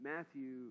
Matthew